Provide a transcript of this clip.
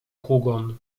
hugon